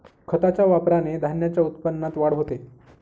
खताच्या वापराने धान्याच्या उत्पन्नात वाढ होते